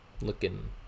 looking